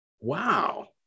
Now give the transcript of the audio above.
wow